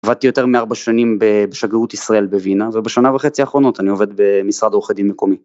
עבדתי יותר מארבע שנים בשגרירות ישראל בווינה ובשנה וחצי האחרונות אני עובד במשרד עורכי דין מקומי.